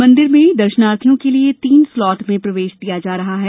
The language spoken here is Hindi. मंदिर में दर्शनार्थियों के लिये तीन स्लॉट में प्रवेश दिया जा रहा है